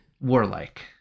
Warlike